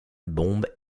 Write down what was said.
bombes